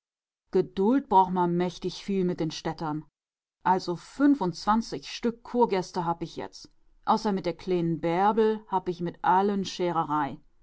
ma mächtig viel mit den städtern also fünfundzwanzig stück kurgäste hab ich jetzt außer mit der kleen'n bärbel hab ich mit